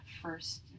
first